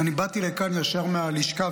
אני באתי לכאן ישר מהלשכה.